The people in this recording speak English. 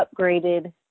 upgraded